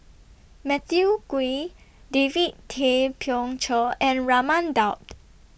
Matthew Ngui David Tay Poey Cher and Raman Daud